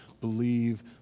believe